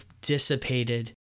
dissipated